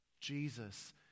Jesus